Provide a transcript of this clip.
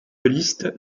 listes